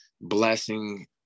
blessing